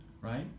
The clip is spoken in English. right